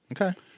Okay